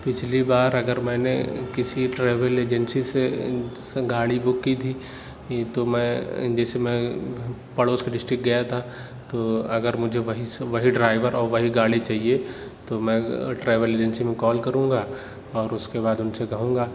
پچھلی بار اگر میں نے کسی ٹریول ایجنسی سے گاڑی بک کی تھی تو میں جیسے میں پڑوس کی ڈسٹرک گیا تھا تو اگر مجھے وہی سے وہی ڈرائیور اور وہی گاڑی چاہیے تو میں ٹریول ایجنسی میں کال کروں گا اور اُس کے بعد اُن سے کہوں گا